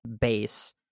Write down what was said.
base